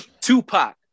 Tupac